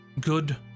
Good